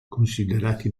considerati